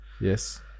Yes